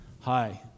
hi